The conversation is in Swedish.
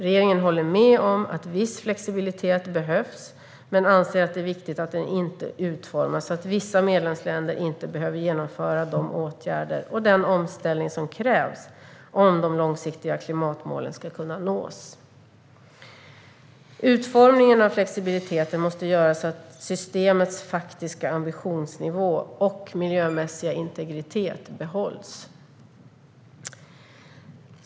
Regeringen håller med om att viss flexibilitet behövs men anser att det är viktigt att den inte utformas så att vissa medlemsländer inte behöver genomföra de åtgärder och den omställning som krävs om de långsiktiga klimatmålen ska kunna nås. Utformningen av flexibiliteten måste göras så att systemets faktiska ambitionsnivå och miljömässiga integritet behålls.